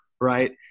right